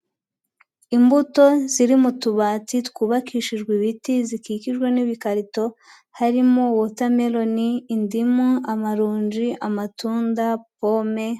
Imbuto ziri mu tubati twubakishijwe ibiti zikikijwe n'ibikarito, harimo watermelon, indimu, amaronji, amatunda, pome.